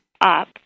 up